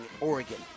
Oregon